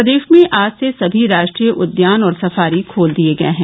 प्रदेश में आज से सभी राष्ट्रीय उद्यान और सफारी खोल दिए गए हैं